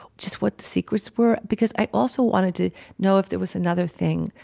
just what the secrets were, because i also wanted to know if there was another thing,